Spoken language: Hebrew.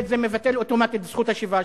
2. זה מבטל אוטומטית את זכות השיבה,